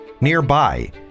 Nearby